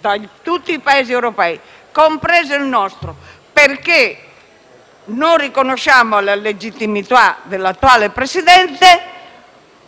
da tutti i Paesi europei, compreso il nostro (perché non riconosciamo la legittimità dell'attuale Presidente